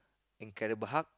incredible hulk